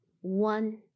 one